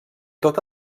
tot